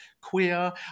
queer